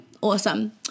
awesome